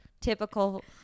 typical